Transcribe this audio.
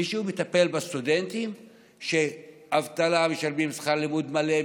מישהו מטפל בסטודנטים שעם אבטלה משלמים שכר לימוד מלא,